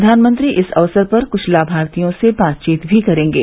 प्रधानमंत्री इस अवसर पर कुछ लामार्थियों से बातचीत भी करेंगे